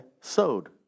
sowed